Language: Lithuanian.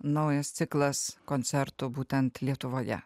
naujas ciklas koncertų būtent lietuvoje